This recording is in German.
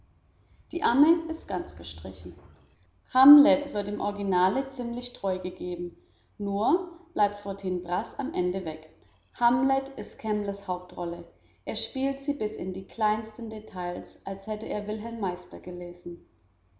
die amme ist ganz gestrichen hamlet wird dem originale ziemlich treu gegeben nur bleibt fortinbras am ende weg hamlet ist kembles hauptrolle er spielt sie bis in die kleinsten details als hätte er wilhelm meister gelesen